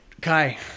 Kai